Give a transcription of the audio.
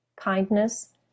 Kindness